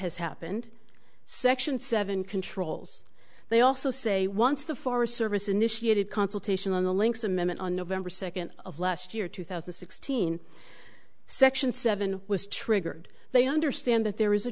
has happened section seven controls they also say once the forest service initiated consultation on the links amendment on november second of last year two thousand and sixteen section seven was triggered they understand that there is a